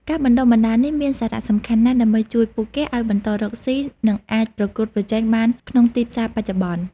ការបណ្ដុះបណ្ដាលនេះមានសារៈសំខាន់ណាស់ ដើម្បីជួយពួកគេឱ្យបន្តរកស៊ី និងអាចប្រកួតប្រជែងបានក្នុងទីផ្សារបច្ចុប្បន្ន។